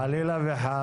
חלילה וחס.